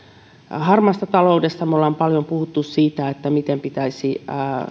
harmaasta taloudesta me olemme paljon puhuneet siitä miten pitäisi